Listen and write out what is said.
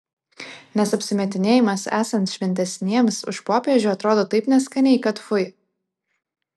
nes apsimetinėjimas esant šventesniems už popiežių atrodo taip neskaniai kad fui